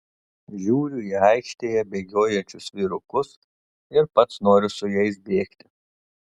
žiūriu į aikštėje bėgiojančius vyrukus ir pats noriu su jais bėgti